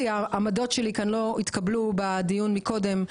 העמדות שלי כאן לא התקבלו בדיון מקודם,